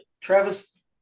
Travis